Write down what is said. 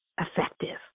effective